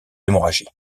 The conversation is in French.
hémorragie